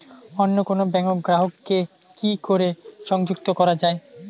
অন্য কোনো ব্যাংক গ্রাহক কে কি করে সংযুক্ত করা য়ায়?